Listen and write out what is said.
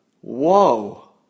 Whoa